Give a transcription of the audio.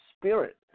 spirit